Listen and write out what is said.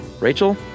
Rachel